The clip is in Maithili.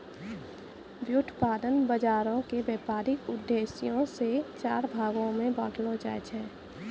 व्युत्पादन बजारो के व्यपारिक उद्देश्यो से चार भागो मे बांटलो जाय छै